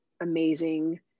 amazing